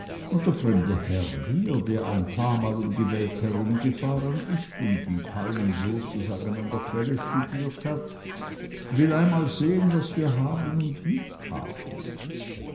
und der fremde herr hier der ein paarmal um die welt herumgefahren ist und die palmen sozusagen an der quelle studiert hat will einmal sehen was wir haben und nicht haben